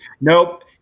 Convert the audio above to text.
Nope